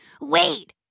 Wait